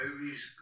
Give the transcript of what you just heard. movies